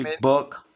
Book